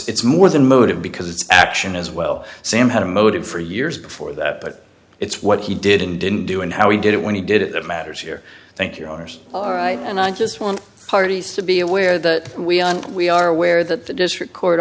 more than motive because it's action as well sam had a motive for years before that but it's what he did and didn't do and how he did it when he did it that matters here thank you ours all right and i just want parties to be aware that we are we are aware that the district court